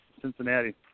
Cincinnati